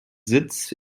sitz